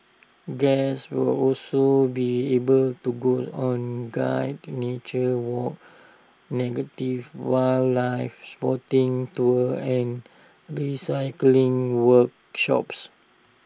guests will also be able to go on guided nature walks negative wildlife spotting tours and recycling workshops